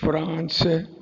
France